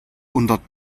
unter